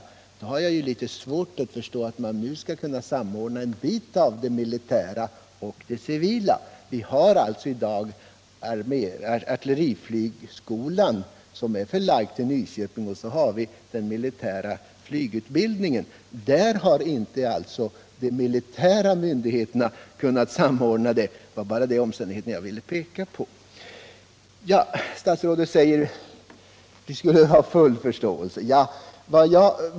Därför har jag svårt att förstå att man nu kan samordna en bit av det militära och det civila. Vi har ju i dag artilleriflygskolan, som är förlagd till Nyköping. Den militära flygutbildningen har alltså inte de militära myndigheterna kunnat samordna. Det var bara den omständigheten jag ville peka på. Statsrådet säger att vi borde ha full förståelse.